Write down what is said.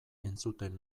entzuten